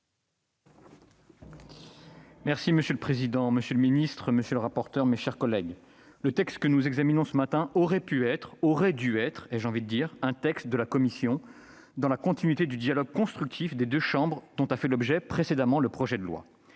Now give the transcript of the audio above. Monsieur le président, monsieur le secrétaire d'État, mes chers collègues, le texte que nous examinons ce matin aurait pu être- aurait dû être, ai-je envie de dire -un texte de la commission, dans la continuité du dialogue constructif entre les deux chambres dont avait fait l'objet, précédemment, ce projet de loi.